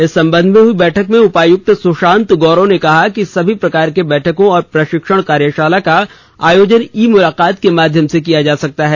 इस सम्बंध में हुई बैठक में उपायुक्त सुशांत गौरव ने कहा कि सभी प्रकार के बैठकों और प्रशिक्षण कार्यशाला का आयोजन ई मुलाकत के माध्यम से किया जा सकता है